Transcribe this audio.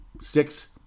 six